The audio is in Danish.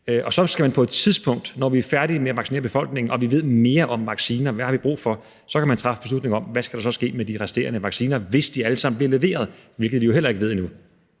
Og så skal vi på et tidspunkt, når vi er færdige med at vaccinere befolkningen og vi ved mere om vaccinerne og om, hvad vi har brug for, træffe beslutning om, hvad der skal ske med de resterende vacciner, hvis de alle sammen bliver leveret, hvilket vi jo heller ikke ved endnu.